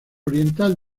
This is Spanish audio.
oriental